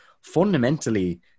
fundamentally